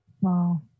wow